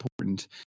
important